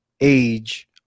Age